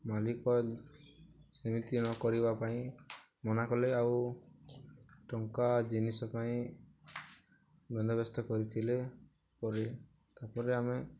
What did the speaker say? ମାଲିକ ସେମିତି ନ କରିବାର ପାଇଁ ମନା କଲେ ଆଉ ଟଙ୍କା ଜିନିଷ ପାଇଁ ବନ୍ଦୋବସ୍ତ କରିଥିଲେ ପରେ ତା'ପରେ ଆମେ